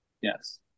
Yes